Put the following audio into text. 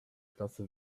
klasse